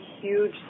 huge